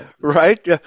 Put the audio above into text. right